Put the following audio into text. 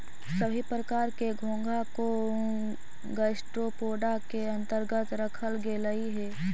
सभी प्रकार के घोंघा को गैस्ट्रोपोडा के अन्तर्गत रखल गेलई हे